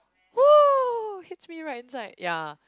!woah! hits me right inside ya